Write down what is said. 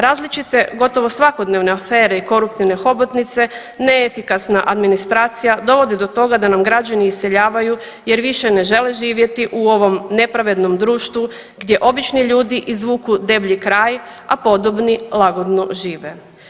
Različite gotovo svakodnevne afere i koruptivne hobotnice, neefikasna administracija dovodi do toga da nam građani iseljavaju jer više ne žele živjeti u ovom nepravednom društvu gdje obični ljudi izvuku deblji kraj, a podobni lagodno žive.